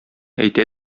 әйтә